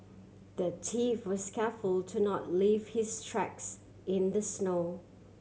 the thief was careful to not leave his tracks in the snow